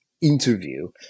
interview